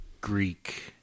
Greek